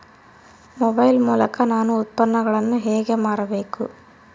Mobile ಮೂಲಕ ನಾನು ಉತ್ಪನ್ನಗಳನ್ನು ಹೇಗೆ ಮಾರಬೇಕು?